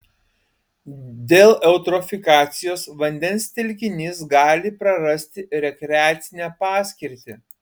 dėl eutrofikacijos vandens telkinys gali prarasti rekreacinę paskirtį